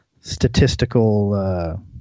statistical